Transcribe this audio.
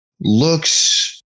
looks